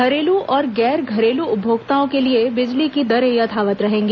घरेलू और गैर घरेलू उपभोक्ताओं के लिए बिजली की दरें यथावत रहेंगी